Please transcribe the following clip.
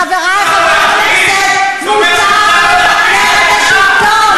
חברי חברי הכנסת, זה אומר שהוא יכול להכפיש?